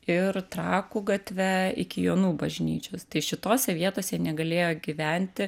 ir trakų gatve iki jonų bažnyčios tai šitose vietose negalėjo gyventi